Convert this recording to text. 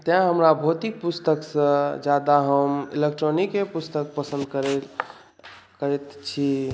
तेँ हमरा भौतिक पुस्तकसँ ज्यादा हम इलेक्ट्रॉनिके पुस्तक पसन्द करैत छी